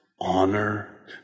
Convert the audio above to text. honor